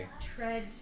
Tread